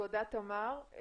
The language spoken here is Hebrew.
תודה תמר.